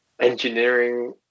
engineering